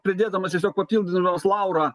pridėdamas tiesiog papildydamas laurą